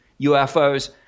UFOs